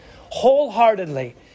Wholeheartedly